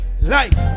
life